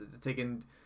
taking